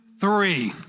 three